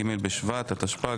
ג' בשבט התשפ"ג,